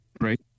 right